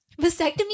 Vasectomy